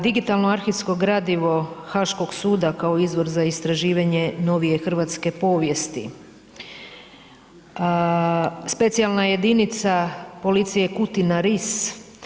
Digitalno arhivsko gradivo Haškog suda kao izvor za istraživanje novije hrvatske povijesti, specijalna jedinica policije Kutina-Ris.